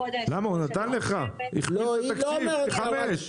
הוא נתן לך פתרון הוא הכפיל תקציב פי חמישה.